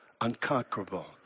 unconquerable